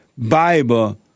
Bible